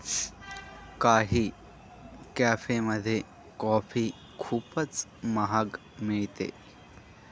काही कॅफेमध्ये कॉफी खूपच महाग मिळते